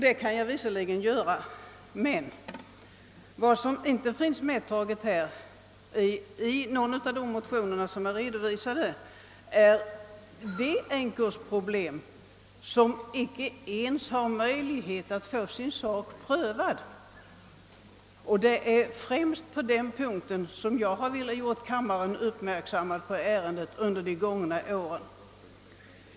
Det kan jag visserligen göra, men i ingen av de motioner som är redovisade har man tagit upp problemen för de änkor som icke ens har möjlighet att få sin sak prövad. Det är främst detta problem som jag har velat göra kammaren uppmärksam på under de gångna åren.